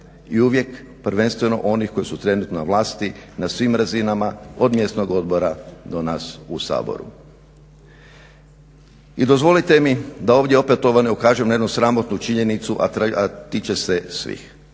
i uvijek prvenstveno onih koji su trenutno na vlasti na svim razinama od mjesnog odbora do nas u Saboru. I dozvolite mi da ovdje opet evo ukažem na jednu sramotnu činjenicu a tiče se svih.